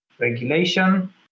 regulation